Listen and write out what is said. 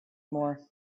more